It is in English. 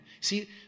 See